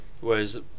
whereas